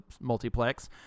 multiplex